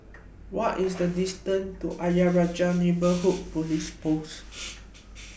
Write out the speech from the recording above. What IS The distance to Ayer Rajah Neighbourhood Police Post